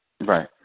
Right